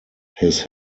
his